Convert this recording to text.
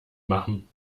machen